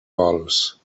vols